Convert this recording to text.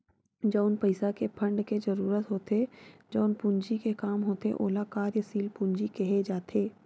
जउन पइसा के फंड के जरुरत होथे जउन पूंजी के काम होथे ओला कार्यसील पूंजी केहे जाथे